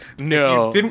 No